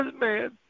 man